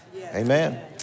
Amen